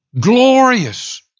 glorious